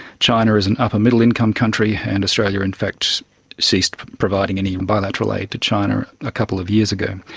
china is an upper middle income country, and australia in fact ceased providing any bilateral aid to china ah couple of years ago.